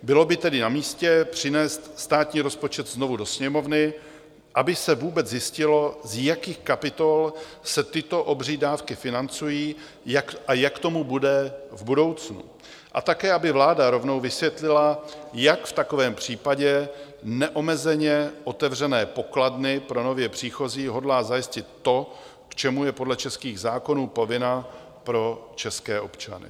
Bylo by tedy namístě přinést státní rozpočet znovu do Sněmovny, aby se vůbec zjistilo, z jakých kapitol se tyto obří dávky financují a jak tomu bude v budoucnu a také aby vláda rovnou vysvětlila, jak v takovém případě neomezeně otevřené pokladny pro nově příchozí hodlá zajistit to, k čemu je podle českých zákonů povinna pro české občany.